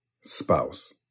spouse